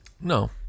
No